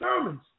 sermons